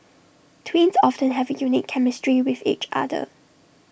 twins often have A unique chemistry with each other